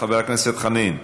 חבר הכנסת חנין.